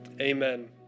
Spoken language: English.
Amen